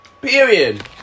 Period